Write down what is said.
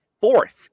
fourth